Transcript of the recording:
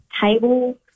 table